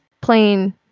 plain